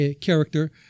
character